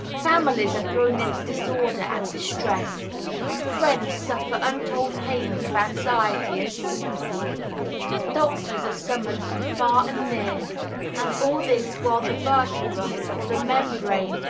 families are thrown into disorder and distress friends suffer untold pains of anxiety and sympathy doctors are summoned from far and near and all this while the vertebra, or the membrane,